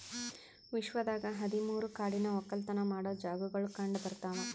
ವಿಶ್ವದಾಗ್ ಹದಿ ಮೂರು ಕಾಡಿನ ಒಕ್ಕಲತನ ಮಾಡೋ ಜಾಗಾಗೊಳ್ ಕಂಡ ಬರ್ತಾವ್